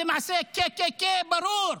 זה מעשי KKK ברור.